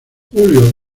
julio